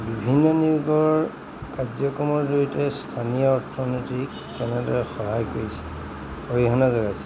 বিভিন্ন নিয়োগৰ কাৰ্যক্ৰমৰ জৰিয়তে স্থানীয় অৰ্থনীতিক কেনেদৰে সহায় কৰিছে অৰিহণা যোগাইছে